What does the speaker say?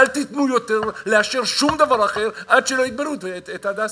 אל תיתנו יותר לאשר שום דבר אחר עד שלא יגמרו את עניין "הדסה".